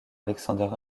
alexander